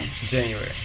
January